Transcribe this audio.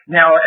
Now